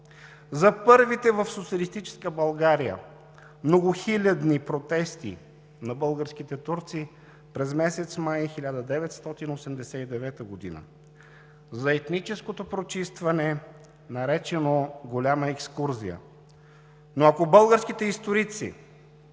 за първите в социалистическа България многохилядни протести на българските турци през месец май 1989 г., за етническото прочистване, наречено „Голяма екскурзия“. Но ако българските историци